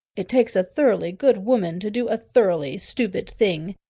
it takes a thoroughly good woman to do a thoroughly stupid thing.